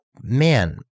man